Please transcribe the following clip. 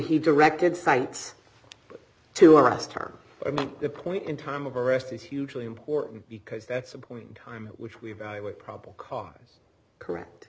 he directed sites to arrest her i mean the point in time of arrest is hugely important because that's a point in time which we evaluate probable cause correct